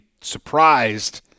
surprised